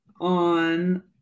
on